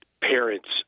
parents